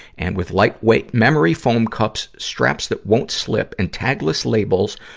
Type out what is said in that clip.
and with lightweight memory-foam cups, straps that won't slip, and tagless labels,